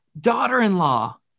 daughter-in-law